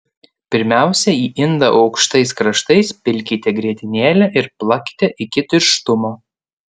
pirmiausia į indą aukštais kraštais pilkite grietinėlę ir plakite iki tirštumo